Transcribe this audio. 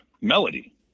melody